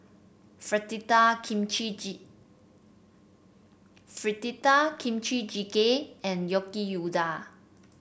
Fritada Kimchi Fritada Kimchi Jjigae and Yaki Udon